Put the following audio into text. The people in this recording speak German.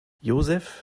josef